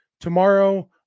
tomorrow